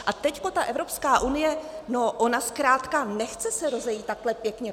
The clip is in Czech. A teď ta Evropská unie, no ona zkrátka nechce se rozejít takhle pěkně.